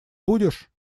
будешь